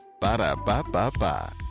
Ba-da-ba-ba-ba